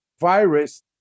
virus